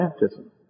baptism